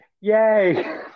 yay